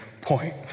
point